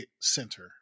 center